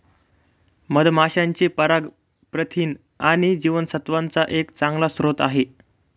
मधमाशांचे पराग प्रथिन आणि जीवनसत्त्वांचा एक चांगला स्रोत आहे